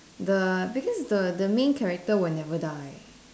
the because the the main character will never die